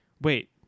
Wait